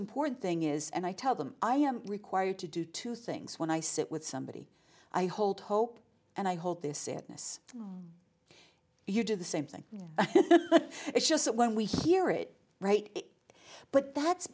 important thing is and i tell them i am required to do two things when i sit with somebody i hold hope and i hold this it this you do the same thing it's just that when we hear it right but that's